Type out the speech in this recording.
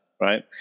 right